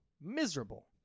Miserable